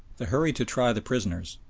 the hurry to try the prisoners,